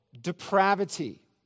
depravity